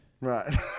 right